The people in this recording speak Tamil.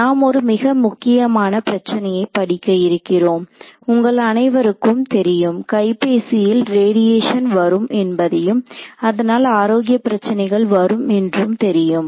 நாம் ஒரு மிக முக்கியமான பிரச்சனையை படிக்க இருக்கிறோம் உங்கள் அனைவருக்கும் தெரியும் கைபேசியில் ரேடியேஷன் வரும் என்பதையும் அதனால் ஆரோக்கியப் பிரச்சினைகள் வரும் என்றும் தெரியும்